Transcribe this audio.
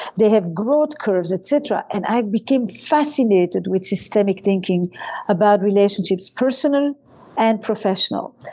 they have growth curves, et cetera and i became fascinated with systemic thinking about relationships personal and professional.